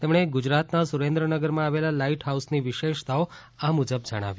તેમણે ગુજરાતના સુરેન્દ્રનગરમાં આવેલા લાઇટહાઉસની વિશેષતાઓ આ મ્જબ જણાવી